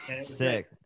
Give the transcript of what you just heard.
sick